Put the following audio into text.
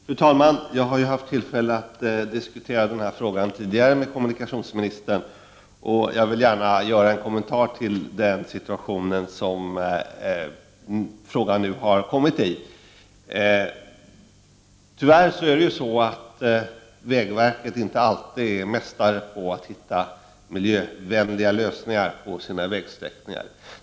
Fru talman! Jag har tidigare haft tillfälle att diskutera den här frågan med kommunikationsministern. Men jag vill gärna göra en kommentar beträffande den nya situationen. Tyvärr är vägverket inte alltid mästare på att hitta miljövänliga lösningar för sina vägsträckningar.